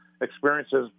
experiences